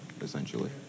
essentially